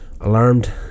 Alarmed